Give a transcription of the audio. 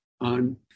On